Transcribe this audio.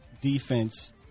defense –